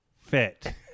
Fit